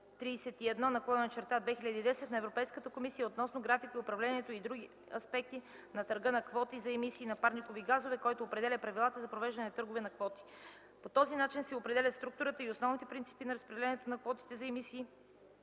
(ЕС) № 1031/2010 на Европейската комисия относно графика, управлението и други аспекти на търга на квоти за емисии на парникови газове, който определя правилата за провеждане търговете на квоти. По този начин се определят структурата и основните принципи на разпределянето на квоти за емисии